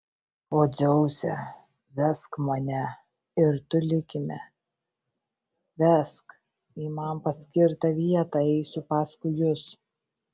o dzeuse vesk mane ir tu likime vesk į man paskirtą vietą eisiu paskui jus